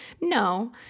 No